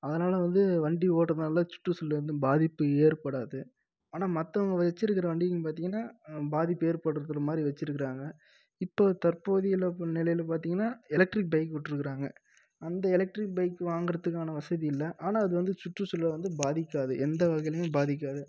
அதனால் வந்து வண்டி ஓட்டுறதுனால தான் சுற்றுச்சூழல் வந்து பாதிப்பு ஏற்படாது ஆனால் மற்றவங்க வச்சிருக்கற வண்டிக்குன்னு பார்த்தீங்கன்னா பாதிப்பு ஏற்படுத்துற மாதிரி வச்சிருக்கறாங்க இப்போ தற்போதியுள்ள நிலையில் பார்த்தீங்கன்னா எலெக்ட்ரிக் பைக் விட்ருக்கறாங்க அந்த எலெக்ட்ரிக் பைக் வாங்கறதுக்கான வசதி இல்லை ஆனால் அது வந்து சுற்றுச்சூழலில் வந்து பாதிக்காது எந்த வகையிலையும் பாதிக்காது